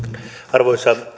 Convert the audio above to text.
arvoisa